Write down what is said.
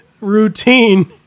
routine